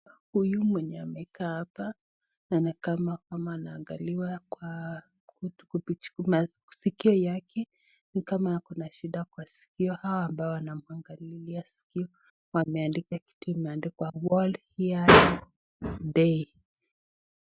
Huyu mwenye amekaa hapa ni kama kwamba anaangaliwa sikio yake. Ni kama ako na shida kwa sikio hao ambao anaangalilia sikio wameandkwa kitu imeandikwa world hearing day .